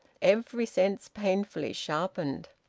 every sense painfully sharpened.